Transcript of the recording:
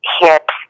hit